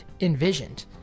envisioned